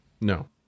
No